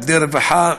עובדי רווחה,